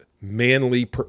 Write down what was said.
manly